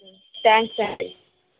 thanks అండి